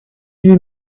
huit